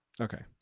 Okay